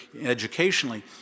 educationally